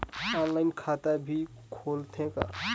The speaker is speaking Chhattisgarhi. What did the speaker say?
ऑनलाइन खाता भी खुलथे का?